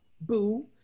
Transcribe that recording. boo